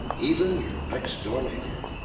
even your next door neighbor.